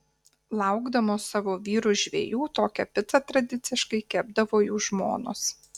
laukdamos savo vyrų žvejų tokią picą tradiciškai kepdavo jų žmonos